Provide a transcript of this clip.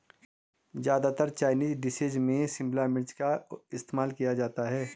ज्यादातर Chinese dishes में शिमला मिर्च का इस्तेमाल किया जाता है